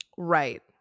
Right